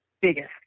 biggest